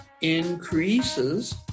increases